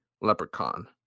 Leprechaun